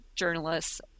Journalists